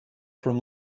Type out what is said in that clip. from